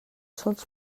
sols